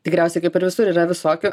tikriausiai kaip ir visur yra visokių